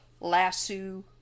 lasso